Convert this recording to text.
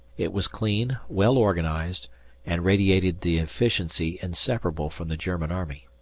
it was clean, well-organized and radiated the efficiency inseparable from the german army.